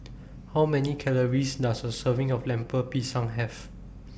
How Many Calories Does A Serving of Lemper Pisang Have